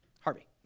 Harvey